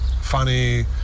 funny